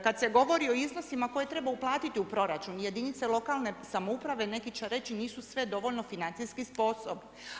Kada se govori o iznosima koje treba uplatiti u proračun jedinice lokalne samouprave neki će reći nisu sve dovoljno financijski sposobne.